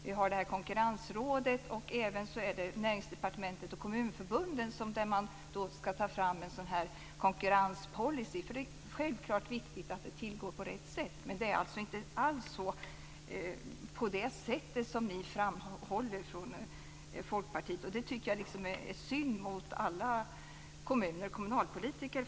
Vi har konkurrensrådet, och även på Näringsdepartementet och i Kommunförbundet skall man ta fram en konkurrenspolicy. Det är självklart viktigt att det tillgår på rätt sätt. Det är alltså inte alls på det sätt som ni framhåller från Folkpartiet. Jag tycker att det är fel gentemot alla kommuner och kommunalpolitiker.